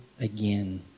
again